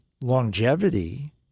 longevity